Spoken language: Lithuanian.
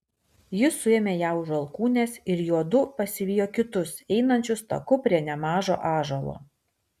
jis suėmė ją už alkūnės ir juodu pasivijo kitus einančius taku prie nemažo ąžuolo